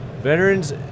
Veterans